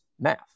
math